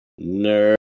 Nerd